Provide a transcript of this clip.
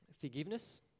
Forgiveness